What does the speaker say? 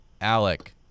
alec